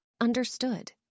Understood